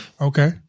Okay